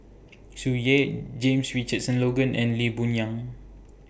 Tsung Yeh James Richardson Logan and Lee Boon Yang